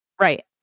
Right